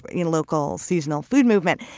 but you know local, seasonal food movement.